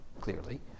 clearly